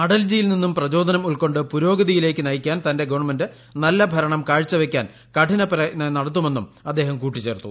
അടൽജിയിൽ നിന്നും പ്രചോദനം ഉൾക്കൊണ്ട് പുരോഗതിയിലേക്ക് നയിക്കാൻ തന്റെ ഗവൺമെന്റ് നല്ല ഭരണം കാഴ്ചവയ്ക്കാൻ കഠിന പ്രയത്നം നടത്തുമെന്നും അദ്ദേഹം കൂട്ടിച്ചേർത്തു